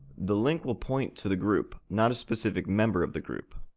the link will point to the group, not a specific member of the group.